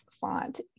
font